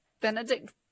Benedict